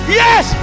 yes